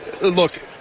Look